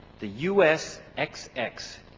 the u s. ex ex.